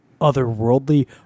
otherworldly